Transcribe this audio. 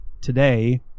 today